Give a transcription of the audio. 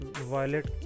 violet